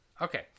Okay